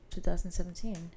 2017